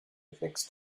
fixed